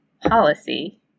policy